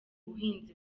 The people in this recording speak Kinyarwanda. buhinzi